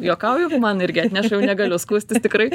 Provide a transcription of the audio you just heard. juokauju man irgi atneša jau negaliu skųstis tikrai